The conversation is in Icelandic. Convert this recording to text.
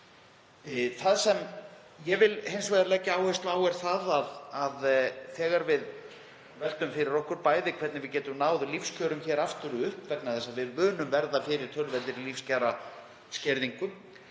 Það sem ég vil hins vegar leggja áherslu á er að þegar við veltum fyrir okkur hvernig við getum náð lífskjörum hér aftur upp, vegna þess að við munum verða fyrir töluverðri lífskjaraskerðingu,